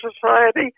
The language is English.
Society